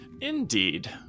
Indeed